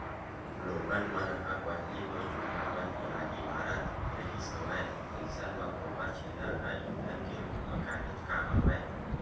लोगन मन ह पहिली तो चूल्हा म ही आगी बारत रिहिस हवय अइसन म गोबर छेना ह ईधन के रुप म काहेच काम आवय